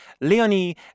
Leonie